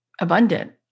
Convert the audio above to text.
abundant